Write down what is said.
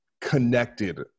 connected –